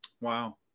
Wow